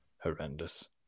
horrendous